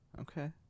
Okay